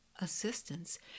assistance